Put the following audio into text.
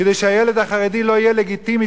כדי שהילד החרדי לא יהיה לגיטימי,